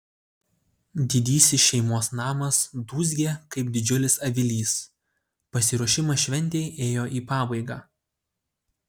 didysis šeimos namas dūzgė kaip didžiulis avilys pasiruošimas šventei ėjo į pabaigą